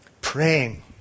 Praying